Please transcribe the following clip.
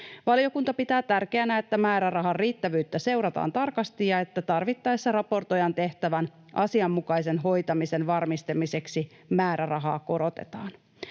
Valiokunta pitää tärkeänä, että määrärahan riittävyyttä seurataan tarkasti ja että tarvittaessa raportoijan tehtävän asianmukaisen hoitamisen varmistamiseksi määrärahaa korotetaan.